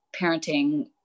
parenting